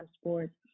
sports